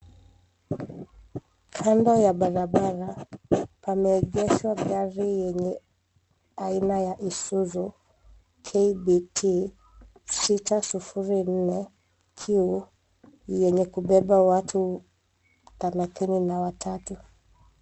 Kando ya barabara pameegeshwa gari yenye aina ya Isuzu KBT 604Q yenye kubeba watu thelathini na watatu.